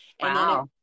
Wow